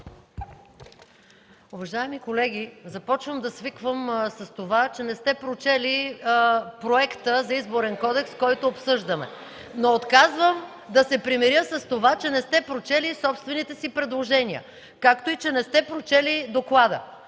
Уважаеми колеги, започвам да свиквам, че не сте прочели проекта за Изборен кодекс, който обсъждаме. (Шум, реплики и възгласи в ГЕРБ.) Но отказвам да се примиря с това, че не сте прочели и собствените си предложения, както и че не сте прочели доклада.